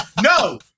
No